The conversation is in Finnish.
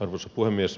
arvoisa puhemies